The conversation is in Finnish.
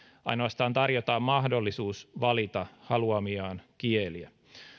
ainoastaan tarjotaan mahdollisuus valita haluamiaan kieliä